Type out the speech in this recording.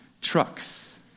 trucks